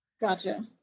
Gotcha